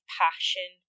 passion